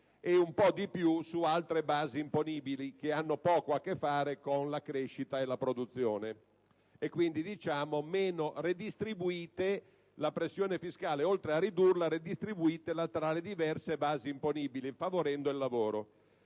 e un po' di più su altre basi imponibili che poco hanno a che fare con la crescita e la produzione. Quindi, oltre a diminuire la pressione fiscale, invitiamo a redistribuirla tra le diverse basi imponibili, favorendo il lavoro.